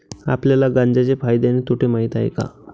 आपल्याला गांजा चे फायदे आणि तोटे माहित आहेत का?